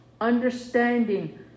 understanding